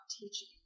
teaching